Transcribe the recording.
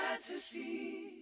fantasy